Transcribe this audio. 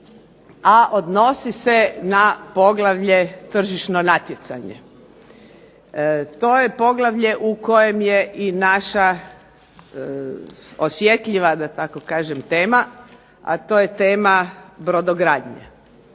a odnosi se na poglavlje tržišno natjecanje. To je poglavlje u kojem je i naša osjetljiva da tako kažem tema, a to je tema brodogradnje.